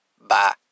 Bye